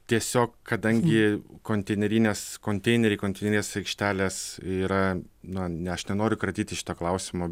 tiesiog kadangi konteinerinės konteineriai konteinerinės aikštelės yra na ne aš nenoriu kratytis šito klausimo